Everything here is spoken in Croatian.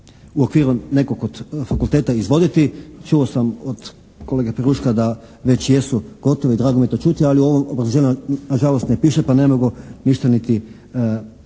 u okviru nekog od fakulteta izvoditi. Čuo sam od kolege Peruška da već jesu gotovi, drago mi je to čuti, ali u ovome obrazloženju nažalost ne piše pa ne mogu ništa niti znati